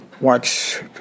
watch